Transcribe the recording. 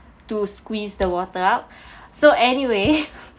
to squeeze the water out so anyway